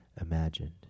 imagined